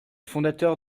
fondateur